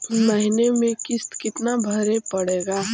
महीने में किस्त कितना भरें पड़ेगा?